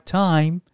time